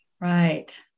Right